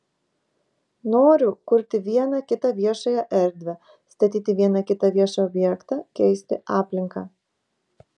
noriu kurti vieną kitą viešąją erdvę statyti vieną kitą viešą objektą keisti aplinką